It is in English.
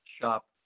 shop